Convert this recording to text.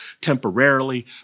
temporarily